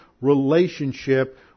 relationship